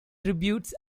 tributes